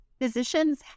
physicians